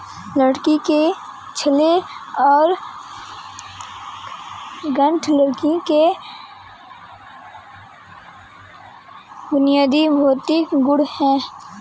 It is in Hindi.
लकड़ी के छल्ले और गांठ लकड़ी के बुनियादी भौतिक गुण हैं